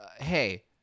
hey